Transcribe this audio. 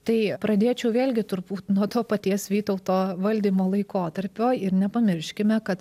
tai pradėčiau vėlgi turbūt nuo to paties vytauto valdymo laikotarpio ir nepamirškime kad